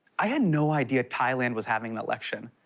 i had no idea thailand was having an election.